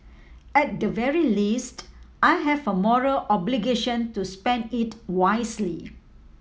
at the very least I have a moral obligation to spend it wisely